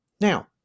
Now